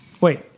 Wait